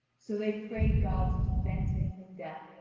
so they pray god to defend him from death,